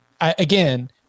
again